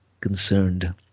concerned